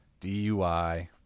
DUI